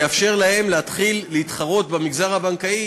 זה יאפשר להם להתחיל להתחרות במגזר הבנקאי